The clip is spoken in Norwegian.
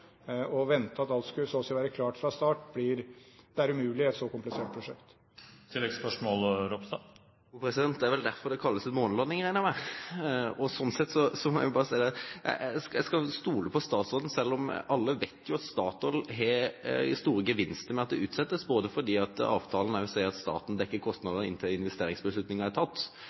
Å vente at alt så å si skal være klart fra start, er umulig i et slikt komplisert prosjekt. Det er vel derfor det kalles en månelanding, regner jeg med. Slik sett må jeg bare si at jeg skal stole på statsråden, selv om alle vet at Statoil har store gevinster ved at det utsettes, både fordi avtalen sier at staten dekker kostnadene inntil investeringsbeslutningen er tatt,